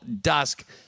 dusk